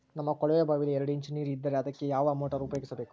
ನಮ್ಮ ಕೊಳವೆಬಾವಿಯಲ್ಲಿ ಎರಡು ಇಂಚು ನೇರು ಇದ್ದರೆ ಅದಕ್ಕೆ ಯಾವ ಮೋಟಾರ್ ಉಪಯೋಗಿಸಬೇಕು?